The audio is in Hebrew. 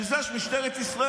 בשביל זה יש את משטרת ישראל.